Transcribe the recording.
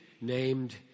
named